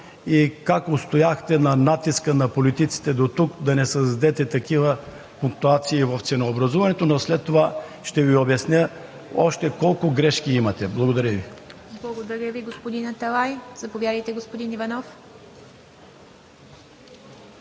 и как устояхте на натиска на политиците дотук да не създадете такива пунктуации в ценообразуването, но след това ще Ви обясня още колко грешки имате. Благодаря Ви. ПРЕДСЕДАТЕЛ ИВА МИТЕВА: Благодаря Ви, господин Аталай. Заповядайте, господин Иванов.